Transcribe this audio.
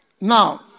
Now